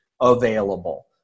available